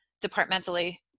departmentally